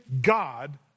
God